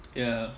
ya